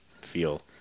feel